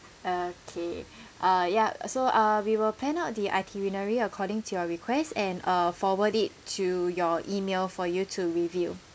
okay uh yup so uh we will plan out the itinerary according to your request and uh forward it to your email for you to review